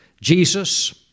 Jesus